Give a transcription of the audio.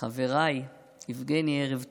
חבריי, יבגני, ערב טוב.